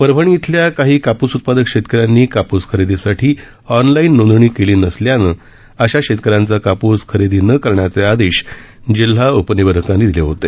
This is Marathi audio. परभणी इथल्या काही कापूस उत्पादक शेतकऱ्यांनी कापूस खरेदीसाठी ऑनलाईन नोंदणी केली नसल्यानं अशा शेतकऱ्यांचा कापूस खरेदी न करण्याचे आदेश जिल्हा उपनिबंधकांनी दिले होते